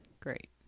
Great